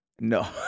No